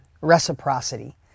reciprocity